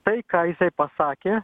tai ką jisai pasakė